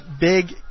big